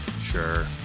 Sure